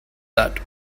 that